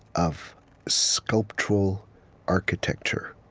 of sculptural architecture